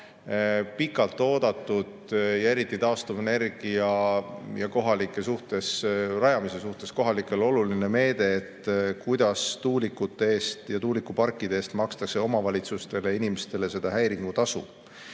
pikalt oodatud ja eriti taastuvenergia [tootmisseadmete] rajamise mõttes kohalikele oluline meede, kuidas tuulikute ja tuulikuparkide eest makstakse omavalitsustele ja inimestele häiringutasu.